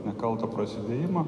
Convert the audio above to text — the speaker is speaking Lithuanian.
nekaltą prasidėjimą